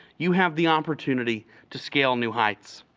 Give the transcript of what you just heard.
you have the opportunity to scale new heights,